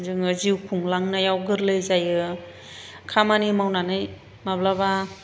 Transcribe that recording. जोङो जिउ खुंलांनायाव गोरलै जायो खामानि मावनानै माब्लाबा